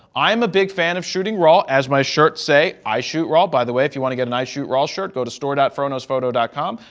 i'm a big fan of shooting raw as my shirts say i shoot raw by the way if you want to get and i shoot raw shirt, go to store froknowsphoto ah com.